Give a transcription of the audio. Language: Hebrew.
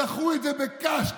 ודחו את זה בקש כאן.